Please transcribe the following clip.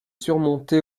surmontée